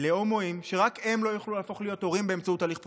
להומואים שרק הם לא יוכלו להפוך להיות הורים באמצעות הליך פונדקאות,